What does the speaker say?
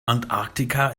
antarktika